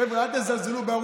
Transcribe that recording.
חבר'ה, אל תזלזלו